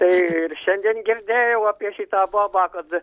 tai ir šiandien girdėjau apie šitą bobą kad